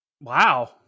Wow